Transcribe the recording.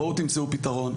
בואו תמצאו פתרון.